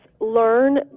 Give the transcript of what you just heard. learn